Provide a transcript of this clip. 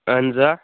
اَہَن حظ آ